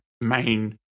main